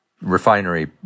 refinery